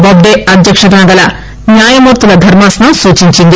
బాబ్డే అధ్యక్షతన కల న్యాయమూర్తుల ధర్మాసనం సూచించింది